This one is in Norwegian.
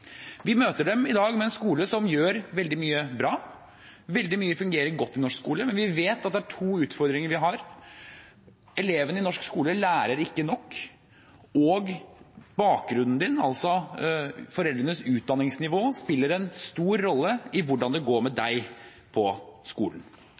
Vi møter dem i dag med en skole som gjør veldig mye bra. Veldig mye fungerer godt i norsk skole, men vi vet at vi har to utfordringer. Elevene i norsk skole lærer ikke nok, og bakgrunn, foreldrenes utdanningsnivå, spiller en stor rolle for hvordan det går med